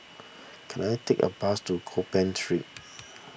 can I take a bus to Gopeng Street